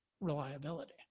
reliability